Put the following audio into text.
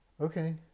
Okay